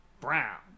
brown